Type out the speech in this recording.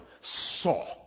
saw